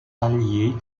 alliés